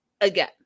Again